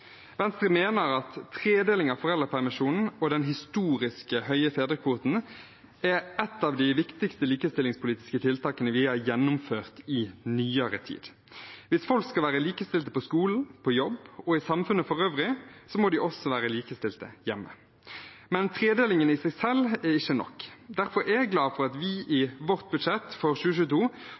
Venstre mener at tredeling av foreldrepermisjonen og den historisk høye fedrekvoten er et av de viktigste likestillingspolitiske tiltakene vi har gjennomført i nyere tid. Hvis folk skal være likestilte på skolen, på jobb og i samfunnet for øvrig, må de også være likestilte hjemme. Men tredelingen i seg selv er ikke nok. Derfor er jeg glad for at vi i budsjettet vårt for 2022